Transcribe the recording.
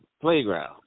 playground